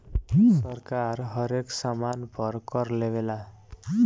सरकार हरेक सामान पर कर लेवेला